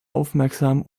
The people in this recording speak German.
aufmerksam